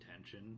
attention